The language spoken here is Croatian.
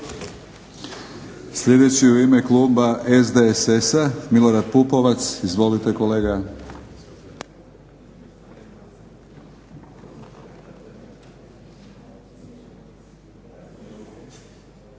Sljedeći u ime kluba SDSS-a Milorad Pupovac. Izvolite kolega.